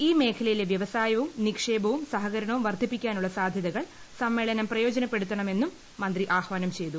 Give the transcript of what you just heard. ഈ മേഖലയിലെ വ്യവസായവുംനിക്ഷേപിപ്പും സഹകരണവും വർദ്ധിപ്പിക്കാനുളള സാധ്യതകൾ സ്റ്മ്മേളനം പ്രയോജനപ്പെടുത്തണമെന്നും മുന്ത്രീ ആഹ്വാനം ചെയ്തു